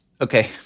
Okay